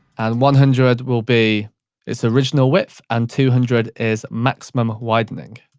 and one hundred will be it's original width, and two hundred is maximum widening.